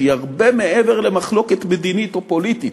שהיא הרבה מעבר למחלוקת מדינית או פוליטית